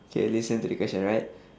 okay listen to the question alright